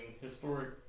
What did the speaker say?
historic